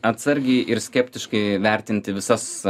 atsargiai ir skeptiškai vertinti visas